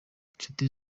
nshuti